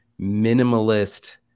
minimalist